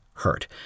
hurt